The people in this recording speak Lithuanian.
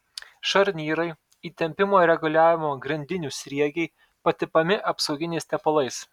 šarnyrai įtempimo reguliavimo grandinių sriegiai patepami apsauginiais tepalais